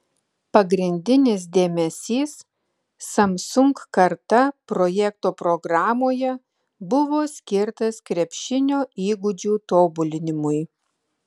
pagrindinis dėmesys samsung karta projekto programoje buvo skirtas krepšinio įgūdžių tobulinimui